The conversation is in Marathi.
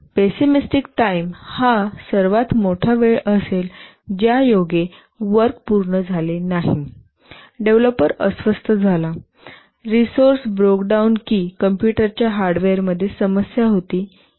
पिस्सीमिस्टिक टाईम हा सर्वात मोठा वेळ असेल ज्यायोगे वर्क पूर्ण झाले नाही डेव्हलपर अस्वस्थ झाला रिसोर्स ब्रोक डाउन की कॉम्पुटर च्या हार्डवेअरमध्ये समस्या होती इ